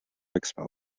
expel